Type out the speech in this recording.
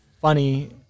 funny